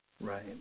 Right